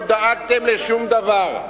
הייתם בממשלה הזאת, לא דאגתם לשום דבר.